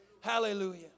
Hallelujah